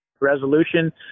resolution